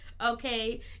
okay